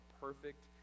perfect